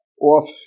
off